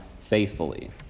faithfully